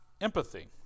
empathy